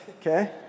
Okay